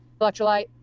electrolyte